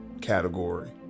category